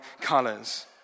colors